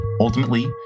ultimately